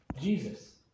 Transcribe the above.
Jesus